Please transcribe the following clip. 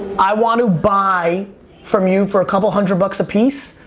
i want to buy from you, for a couple hundred bucks a piece,